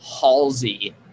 Halsey